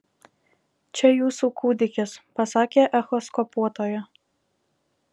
čia jūsų kūdikis pasakė echoskopuotoja